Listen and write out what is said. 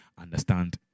understand